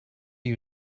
you